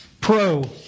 Pro